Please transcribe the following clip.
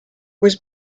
was